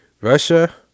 Russia